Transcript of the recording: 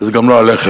זה גם לא הלחם,